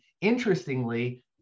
interestingly